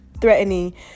threatening